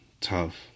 tough